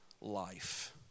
life